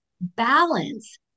balance